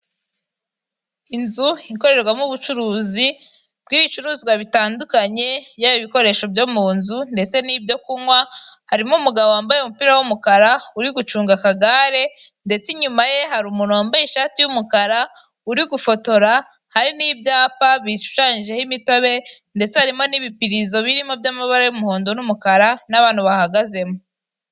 Inzu ikorerwamo ubucuruzi bw'ibicuruzwa bitandukanye yaba ibikoresho byo mu nzu ndetse n'ibyo kunywa, harimo umugabo wambaye umupira w'umukara uri gucunga akagare, ndetse inyuma ye hari umuntu wambaye ishati y'umukara uri gufotora, hari n'ibyapa bishushanyijeho, imitobe ndetse harimo n'ibipirizo birimo by'amabara y'umuhondo n'umukara n'abantu bahagazemo.